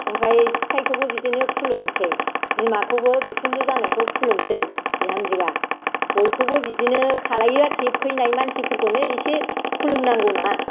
ओमफ्राय फिसायखौबो बिदिनो खुलुमोसै बिमाखौबो बिखुनजो जानायखौ खुलुमसै आरो बिहामजोआ बयखौबो बिदिनो खालामो आरोखि फैनाय मानसिफोरखौनो एसे खुलुम नांगौना